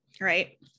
Right